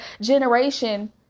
generation